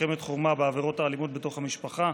מלחמת חורמה בעבירות האלימות בתוך המשפחה.